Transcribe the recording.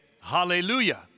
hallelujah